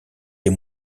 des